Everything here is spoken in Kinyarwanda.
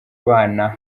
bana